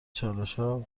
چالشها